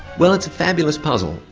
well it's a fabulous puzzle.